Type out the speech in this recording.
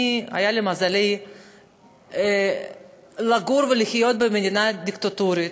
היה לי המזל לגור ולחיות במדינה דיקטטורית,